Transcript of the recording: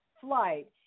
flight